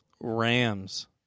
Rams